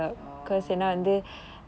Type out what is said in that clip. oh